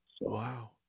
Wow